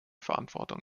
verantwortung